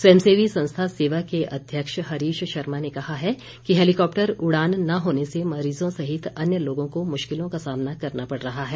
स्वयंसेवी संस्था सेवा के अध्यक्ष हरीश शर्मा ने कहा है कि हेलिकॉप्टर उड़ान न होने से मरीजों सहित अन्य लोगों को मुश्किलों का सामना करना पड़ रहा है